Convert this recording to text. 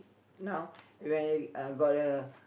now when uh got a